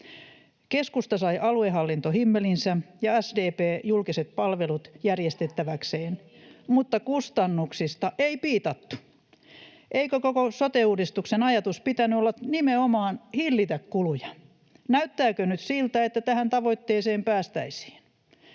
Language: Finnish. Keskusta sai aluehallintohimmelinsä ja SDP julkiset palvelut järjestettäväkseen, [Hanna-Leena Mattila: Mikä ihmeen himmeli?] mutta kustannuksista ei piitattu. Eikö koko sote-uudistuksen ajatus pitänyt olla nimenomaan hillitä kuluja? Näyttääkö nyt siltä, että tähän tavoitteeseen päästäisiin?